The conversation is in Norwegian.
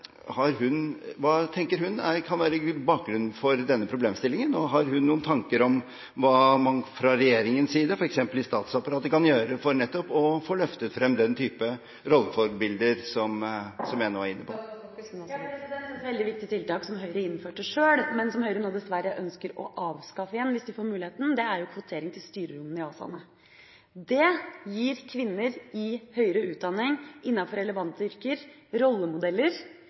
tenker hun kan være bakgrunnen for denne problemstillingen? Og har hun noen tanker om hva man fra regjeringens side, f.eks. i statsapparatet, kan gjøre for nettopp å få løftet frem den type rolleforbilder som jeg nå har nevnt? Et veldig viktig tiltak som Høyre sjøl innførte, men som Høyre nå dessverre ønsker å avskaffe igjen, hvis de får muligheten, er kvotering til styrerommene i ASA-ene. Det gir kvinner i høyere utdanning innenfor relevante yrker rollemodeller.